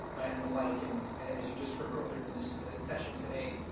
and the like, and as you just heard earlier in this session today,